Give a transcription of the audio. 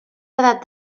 edat